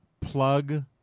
plug